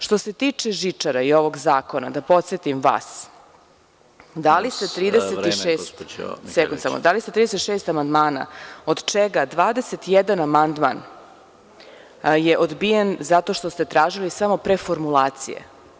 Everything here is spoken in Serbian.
Što se tiče žičara i ovog zakona, podsetiću vas, dali ste 36 amandmana, od čega 21 amandman je odbijen zato što ste tražili samo preformulacije.